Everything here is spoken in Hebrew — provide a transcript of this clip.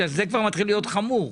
בגלל שזה כבר מתחיל להיות חמור.